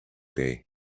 day